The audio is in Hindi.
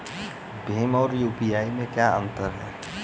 भीम और यू.पी.आई में क्या अंतर है?